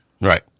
Right